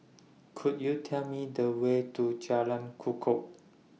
Could YOU Tell Me The Way to Jalan Kukoh